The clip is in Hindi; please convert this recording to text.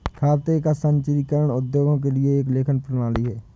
खाते का संचीकरण उद्योगों के लिए एक लेखन प्रणाली है